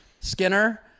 Skinner